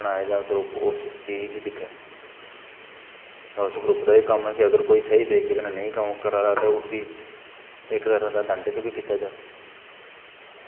बनाया जा ग्रुप उस चीज़ गी दिक्खै उस ग्रुप दा एह् कम्म ऐ कि अगर कोई स्हेई तरीकै कन्नै नेंी कम्म करा दा ते उसी इक तरां दा दंड च बी बीता जा